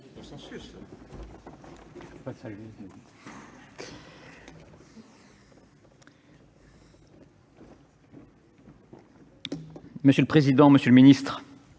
Monsieur le président, monsieur le ministre,